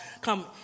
come